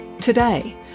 Today